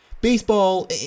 Baseball